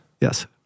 Yes